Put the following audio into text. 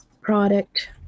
product